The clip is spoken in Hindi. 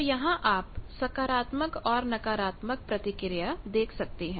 तोयहां आप सकारात्मक और नकारात्मक प्रतिक्रिया देख सकते हैं